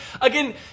again